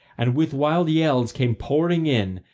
and with wild yells came pouring in,